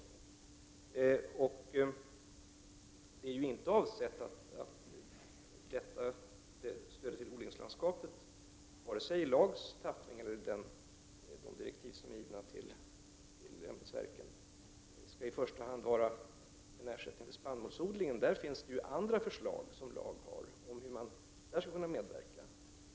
Meningen är ju inte att stödet till odlingslandskapet vare sig i LAG:s tappning eller enligt de direktiv som har getts till ämbetsverken i första hand skall vara en ersättning för spannmålsodlingen. Där har ju LAG andra förslag om hur man skall kunna hjälpa.